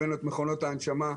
הבאנו את מכונות ההנשמה,